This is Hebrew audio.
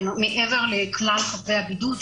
מעבר לכלל חבי הבידוד,